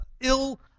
ill